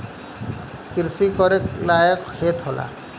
किरसी करे लायक खेत होला